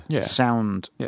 sound